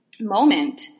moment